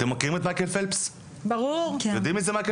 אתם מכירים את מייקל פלפס, יודעים מיהו?